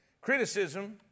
Criticism